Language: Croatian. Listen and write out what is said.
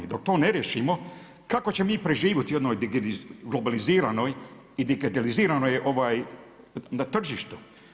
Dok to ne riješimo kako ćemo mi preživjeti u jednoj globaliziranoj i digitaliziranoj na tržištu.